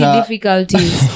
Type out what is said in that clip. difficulties